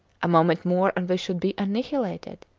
a moment more and we should be annihilated!